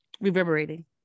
reverberating